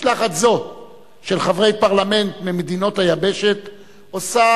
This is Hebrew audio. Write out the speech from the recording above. משלחת זו של חברי פרלמנט ממדינות היבשת עושה